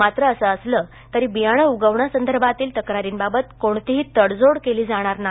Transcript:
मात्र असे असले तरी बियाणे उगवण संदर्भातील तक्रारींबाबत कोणतीही तडजोड केली जाणार नाही